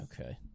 Okay